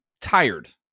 tired